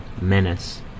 menace